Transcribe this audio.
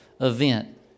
event